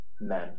men